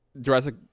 Jurassic